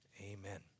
Amen